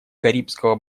карибского